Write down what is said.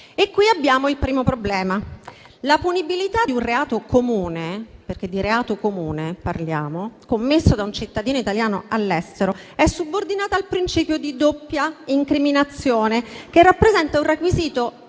Qui si pone il primo problema: la punibilità di un reato comune - perché di reato comune parliamo - commesso da un cittadino italiano all'estero è subordinata al principio di doppia incriminazione, che rappresenta un requisito